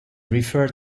refer